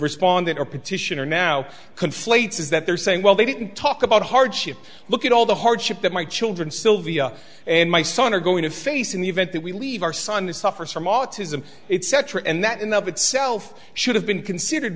respondent or petitioner now conflates is that they're saying well they didn't talk about hardship look at all the hardship that my children sylvia and my son are going to face in the event that we leave our son who suffers from autism it's setter and that in the of itself should have been considered